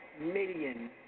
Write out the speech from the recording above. million